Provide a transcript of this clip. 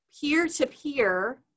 peer-to-peer